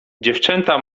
dziewczęta